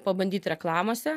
pabandyt reklamose